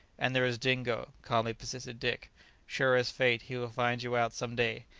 and there is dingo, calmly persisted dick sure as fate, he will find you out some day.